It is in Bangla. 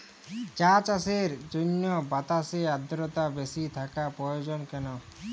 চা চাষের জন্য বাতাসে আর্দ্রতা বেশি থাকা প্রয়োজন কেন?